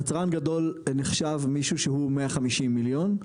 יצרן גדול נחשב מישהו שהוא 150 מיליון,